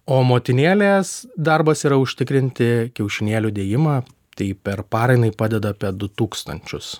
o motinėlės darbas yra užtikrinti kiaušinėlių dėjimą tai per parą jinai padeda apie du tūkstančius